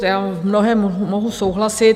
Já v mnohém mohu souhlasit.